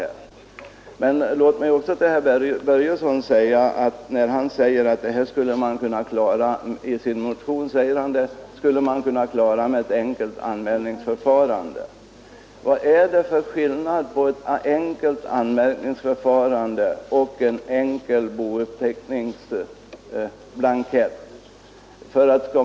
I sin motion säger herr Börjesson i Falköping att bouppteckningsskyldigheten kan ersättas med ett enkelt anmälningsförfarande. Vad är det för skillnad mellan ett anmälningsförfarande och en enkel bouppteckning?